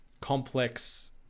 complex